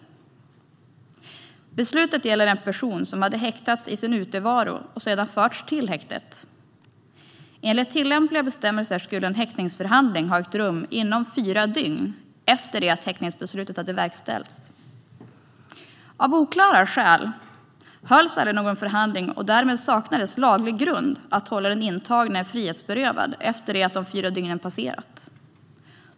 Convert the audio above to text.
Beslutet gäller en person som hade häktats i sin utevaro och sedan förts till häktet. Enligt tillämpliga bestämmelser skulle en häktningsförhandling ha ägt rum inom fyra dygn efter det att häktningsbeslutet hade verkställts. Av oklara skäl hölls aldrig någon förhandling och därmed saknades laglig grund att hålla den intagne frihetsberövad efter det att de fyra dygnen hade passerat.